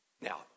now